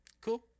Cool